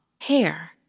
hair